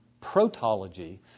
protology